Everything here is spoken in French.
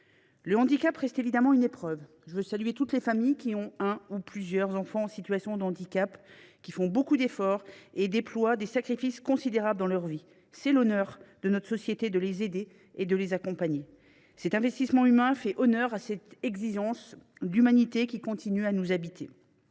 Le handicap reste évidemment une épreuve. Je veux saluer toutes les familles où un ou plusieurs enfants sont en situation de handicap : elles font beaucoup d’efforts et déploient des sacrifices considérables dans leur vie. Il appartient à notre société de les aider et de les accompagner. Cet investissement humain fait honneur à l’exigence d’humanité qui continue à nous habiter.